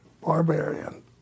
Barbarian